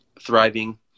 thriving